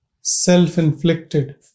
self-inflicted